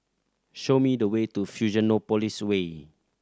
show me the way to Fusionopolis Way